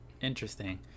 Interesting